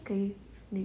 okay next